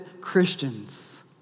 Christians